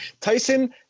Tyson